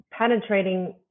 penetrating